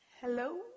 Hello